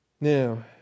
Now